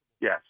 Yes